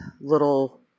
little